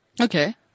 Okay